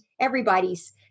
everybody's